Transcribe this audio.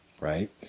right